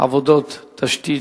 עבודות התשתית